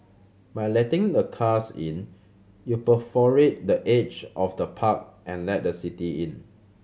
by letting the cars in you perforate the edge of the park and let the city in